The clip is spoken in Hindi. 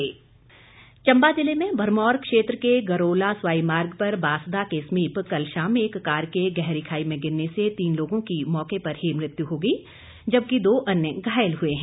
दुर्घटना चंबा जिले में भरमौर के गरोला स्वाई मार्ग पर बासदा के समीप कल शाम एक कार के गहरी खाई में गिरने से तीन लोगों की मौके पर ही मृत्यु हो गई जबकि दो अन्य घायल हुए हैं